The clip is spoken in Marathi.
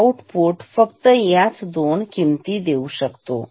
आउटपुट फक्त याच दोन किमती घेऊ शकतो